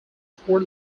four